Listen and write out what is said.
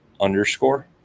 Underscore